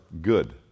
good